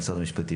משרד המשפטים,